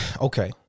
okay